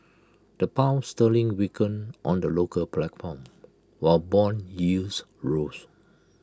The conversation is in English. the pound sterling weaken on the local platform while Bond yields rose